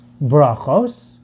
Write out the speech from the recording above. Brachos